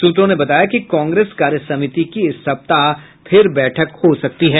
सूत्रों ने बताया कि कांग्रेस कार्यसमिति की इस सप्ताह फिर बैठक हो सकती है